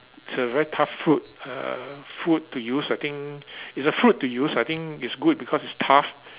it's a very tough fruit uh food to use I think it's a fruit to use I think it's good because it's tough